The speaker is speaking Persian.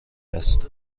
است